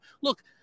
Look